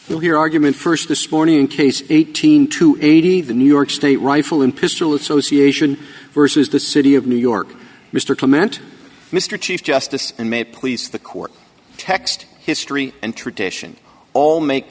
we'll hear argument st this morning in case eighteen to eighty of the new york state rifle and pistol association versus the city of new york mr clement mr chief justice and may please the court text history and tradition all make